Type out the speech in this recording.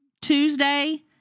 Tuesday